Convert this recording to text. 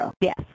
Yes